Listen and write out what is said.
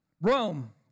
Rome